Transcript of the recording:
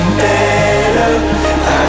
better